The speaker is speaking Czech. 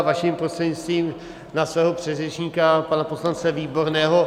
Vaším prostřednictvím na mého předřečníka pana poslance Výborného.